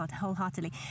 wholeheartedly